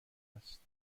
است